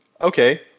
okay